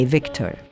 Victor